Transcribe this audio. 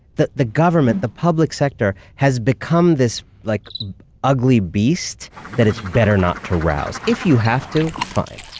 that the government, the public sector has become this like ugly beast that it's better not to rouse. if you have to, fine.